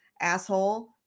asshole